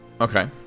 Okay